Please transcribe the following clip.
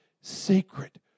sacred